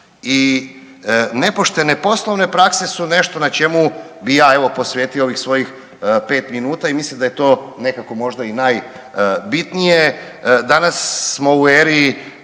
i nepoštene poslovne prakse su nešto na čemu bih ja evo posvetio ovih svojih pet minuta i mislim da je to nekako možda i najbitnije. Danas smo u eri